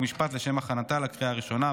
חוק ומשפט לשם הכנתה לקריאה הראשונה.